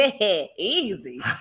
Easy